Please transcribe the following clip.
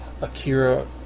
Akira